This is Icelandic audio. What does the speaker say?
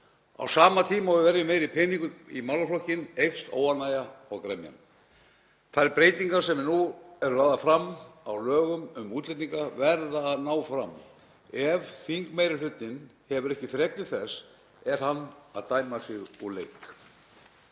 Á sama tíma og við verjum meiri peningum í málaflokkinn eykst óánægjan og gremjan. Þær breytingar sem nú eru lagðar fram á lögum um útlendinga verða að ná fram. Ef þingmeirihlutinn hefur ekki þrek til þess er hann að dæma sig úr leik.